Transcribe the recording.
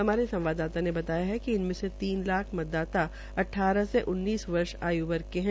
हमारे संवाददाता ने बताया कि इनमें तीन लाख मतदाता अटठारह में उन्नीस वर्ष आयुवर्ग के है